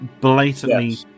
blatantly